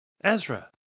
Ezra